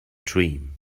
dream